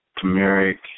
Turmeric